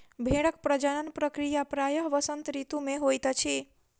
भेड़क प्रजनन प्रक्रिया प्रायः वसंत ऋतू मे होइत अछि